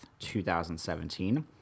2017